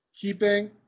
keeping